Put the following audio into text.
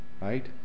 right